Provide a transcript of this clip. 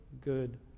good